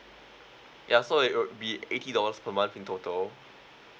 ya so it would be eighty dollars per month in total